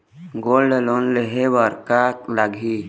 Gold loan लेहे बर का लगही?